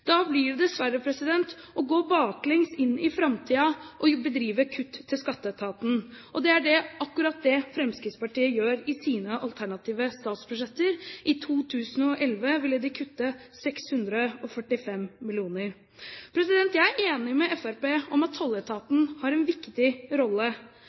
Da blir det dessverre å gå baklengs inn i framtiden å bedrive kutt til Skatteetaten. Det er akkurat det Fremskrittspartiet gjør i sine alternative statsbudsjetter. I 2011 ville de kutte 645 mill. kr. Jeg er enig med Fremskrittspartiet i at tolletaten har en viktig rolle.